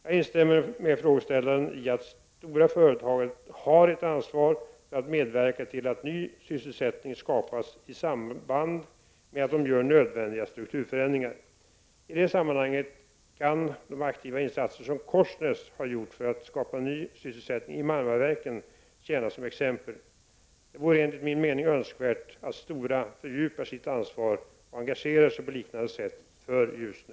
Jag instämmer med frågeställaren i att stora företag har ett ansvar för att medverka till att ny sysselsättning skapas i samband med att de gör nödvändiga strukturförändringar. I det sammanhanget kan de aktiva insatser som Korsnäs har gjort för att skapa ny sysselsättning i Marmaverken tjäna som exempel. Det vore enligt min mening önskvärt att Stora fördjupar sitt ansvar och engagerar sig på samma sätt för Ljusne.